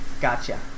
gotcha